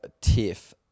Tiff